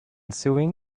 sewing